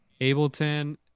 ableton